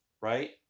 right